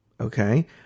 Okay